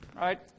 right